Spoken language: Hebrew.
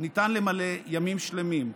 ניתן למלא ימים שלמים.